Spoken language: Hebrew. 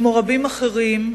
כמו רבים אחרים,